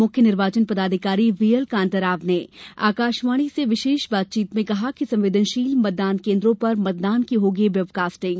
मुख्य निर्वाचन पदाधिकारी वीएल कांताराव से आकाशवाणी से विशेष बातचीत में कहा कि संवेदनशील मतदान केन्द्रों पर मतदान की होगी वेबकास्टिंग